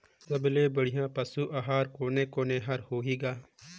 सबले बढ़िया पशु आहार कोने कोने हर होही ग?